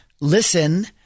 listen